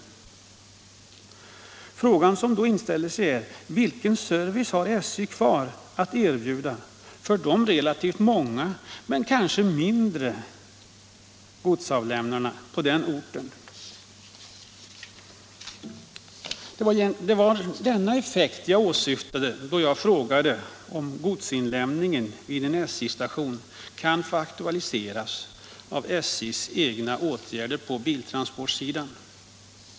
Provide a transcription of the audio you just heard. Den fråga som härvid inställer sig är: Vilken service har SJ kvar att erbjuda de relativt många, men kanske mindre godsavlämnarna på orten? Det var denna effekt jag åsyftade då jag frågade om godsinlämningen vid en SJ-station kan få aktualiseras av SJ:s egna åtgärder på biltransportsidan.